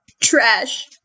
Trash